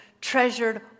treasured